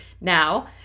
Now